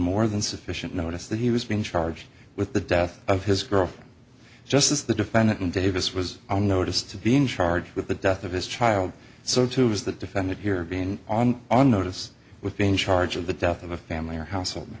more than sufficient notice that he was being charged with the death of his girlfriend just as the defendant in davis was on notice to being charged with the death of his child so too is the defendant here being on on notice with change charge of the death of a family or household